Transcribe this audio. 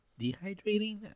dehydrating